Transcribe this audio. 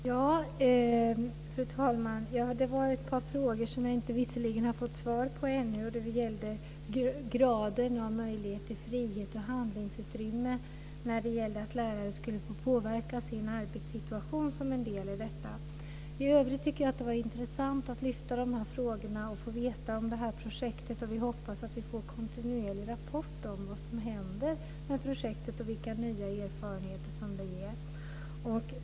Fru talman! Det är ett par frågor som jag visserligen inte har fått svar på ännu. De gällde graden av möjlighet till frihet och handlingsutrymme för lärare att påverka sin arbetssituation. I övrigt tycker jag att det var intressant att få lyfta frågorna och få information om det här projektet. Jag hoppas att vi får kontinuerliga rapporter om vad som händer med projektet och vilka nya erfarenheter som det ger.